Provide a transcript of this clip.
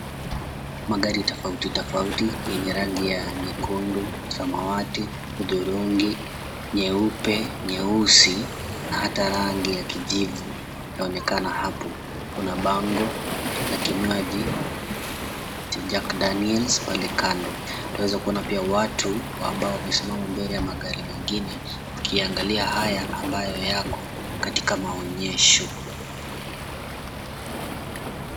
Magari tofauti tofauti yenye rangi ya nyekundu, samawati, hudhurungi, nyeupe, nyeusi na hata rangi ya kijivu inaonekana hapo. Kuna bango la kinywaji cha Jack Daniels pale kando. Tunaweza pia kuona watu ambao wamesimama mbele ya magari mengine wakiangalia haya ambayo yako katika maonyesho.